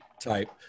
type